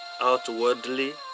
outwardly